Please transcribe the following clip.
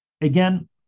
again